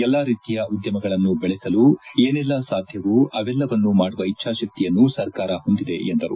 ಎಲ್ಲಾ ರೀತಿಯ ಉದ್ಯಮಗಳನ್ನು ಬೆಳೆಸಲು ಏನೆಲ್ಲಾ ಸಾಧ್ಯವೋ ಅವೆಲ್ಲವನ್ನೂ ಮಾಡುವ ಇಚ್ಲಾಶಕ್ತಿಯನ್ನು ಸರ್ಕಾರ ಹೊಂದಿದೆ ಎಂದರು